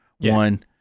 one